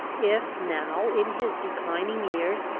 if, now in his declining years,